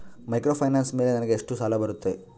Microfinance ಮೇಲೆ ನನಗೆ ಎಷ್ಟು ಸಾಲ ಬರುತ್ತೆ?